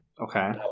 Okay